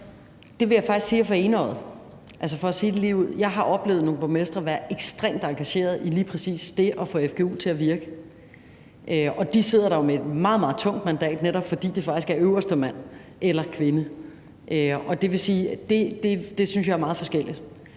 for enøjet, for at sige det ligeud. Jeg har oplevet nogle borgmestre være ekstremt engagerede i lige præcis det at få fgu til at virke, og de sidder der jo med et meget, meget tungt mandat, netop fordi det faktisk er øverste mand eller kvinde. Det vil sige, at det synes jeg er meget forskelligt,